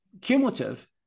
cumulative